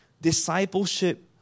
Discipleship